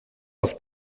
auf